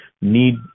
need